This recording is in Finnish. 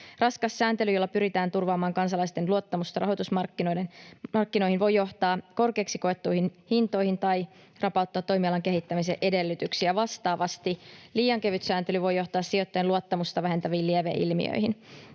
Raskas sääntely, jolla pyritään turvaamaan kansalaisten luottamusta rahoitusmarkkinoihin, voi johtaa korkeiksi koettuihin hintoihin tai rapauttaa toimialan kehittämisen edellytyksiä. Vastaavasti liian kevyt sääntely voi johtaa sijoittajien luottamusta vähentäviin lieveilmiöihin.